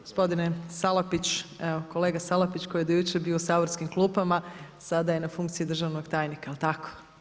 Gospodine Salapić, evo kolega Salapić koji je do jučer bio u saborskim klupama, sada je na funkciji državnog tajnika, jel tako?